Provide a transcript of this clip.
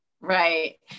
Right